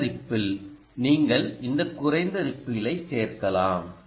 குறைந்த ரிப்பிள் நீங்கள் இந்த குறைந்த ரிப்பிளை சேர்க்கலாம்